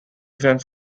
fans